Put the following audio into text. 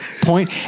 point